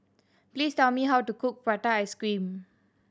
please tell me how to cook prata ice cream